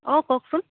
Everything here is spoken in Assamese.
অঁ কওকচোন